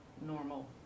normal